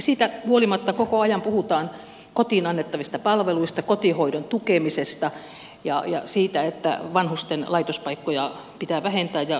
siitä huolimatta koko ajan puhutaan kotiin annettavista palveluista kotihoidon tukemisesta ja siitä että vanhusten laitospaikkoja pitää vähentää ja niitä ollaan vähentämässäkin